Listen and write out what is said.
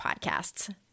podcasts